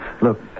Look